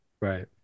Right